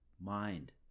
mind